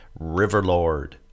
Riverlord